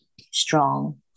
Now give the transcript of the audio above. strong